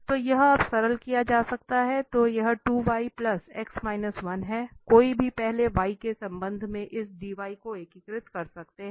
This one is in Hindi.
तो यह अब सरल किया जा सकता है तो यह 2 y x 1 है कोई भी पहले y के संबंध में इस dy को एकीकृत कर सकते हैं